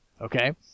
okay